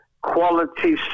quality